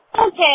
Okay